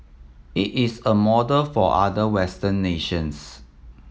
it is a model for other Western nations